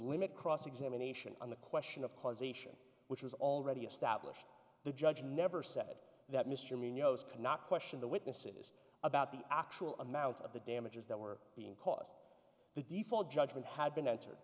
limit cross examination on the question of causation which is already established the judge never said that mr minos cannot question the witnesses about the actual amount of the damages that were being caused the default judgment had been entered